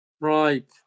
Right